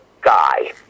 guy